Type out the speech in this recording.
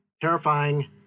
terrifying